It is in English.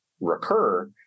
recur